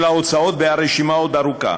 והרשימה עוד ארוכה.